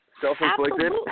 Self-inflicted